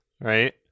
right